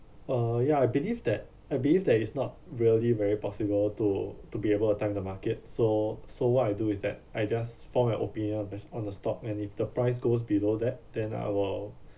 uh ya I believe that I believe that it's not really very possible to to be able to time the market so so what I do is that I just form an opinion based on the stock and if the price goes below that then I will